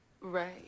Right